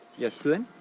yes, blynn?